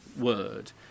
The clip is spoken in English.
word